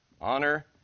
Honor